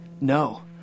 No